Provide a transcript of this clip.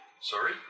Sorry